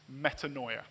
metanoia